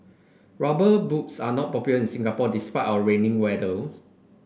rubber boots are not popular in Singapore despite our rainy weather